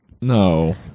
No